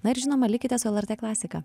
na ir žinoma likite su lrt klasika